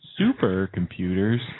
Supercomputers